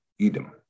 Edom